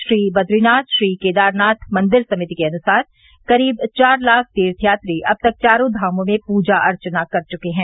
श्री बद्रीनाथ श्री केदारनाथ मंदिर समिति के अनुसार करीब चार लाख तीर्थयात्री अब तक चारों धामों में पूर्जा अर्चना कर चुके हैं